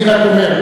אני רק אומר,